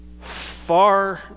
far